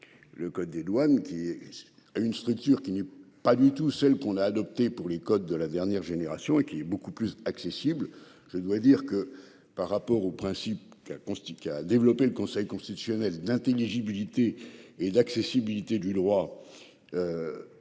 Le code des douanes qui. A une structure qui n'est pas du tout celle qu'on a adopté pour les côtes de la dernière génération et qui est beaucoup plus accessible, je dois dire que par rapport aux principes qu'elle constitue à développer le Conseil constitutionnel d'intelligibilité et d'accessibilité du droit.